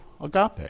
agape